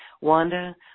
Wanda